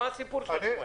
מה הסיפור שלכם היום?